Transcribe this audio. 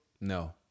No